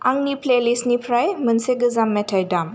आंनि प्लेलिस्टनिफ्राय मोनसे गोजाम मेथाइ दाम